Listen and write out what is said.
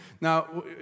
now